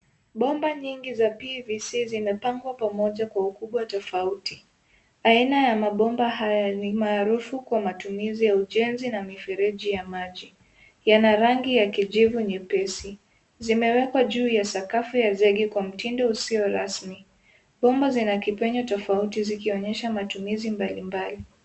Bomba nyingi za PVC zinapangwa pamoja kwa ukubwa tofauti. Aina ya mabomba haya ni maarufu kwa matumizi ya ujenzi na mifereji ya maji. Yana rangi ya kijivu nyepesi. Zimewekwa juu ya sakafu ya zege kwa mtindo usio rasmi. Bomba zina kipenyo tofauti zikionyesha matumizi mbalimbali.